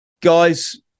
guys